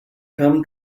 come